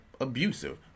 abusive